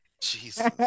Jesus